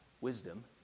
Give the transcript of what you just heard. wisdom